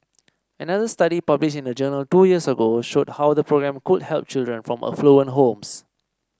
another study published in a journal two years ago showed how the programme could help children from affluent homes